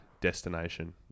destination